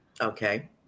Okay